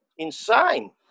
Insane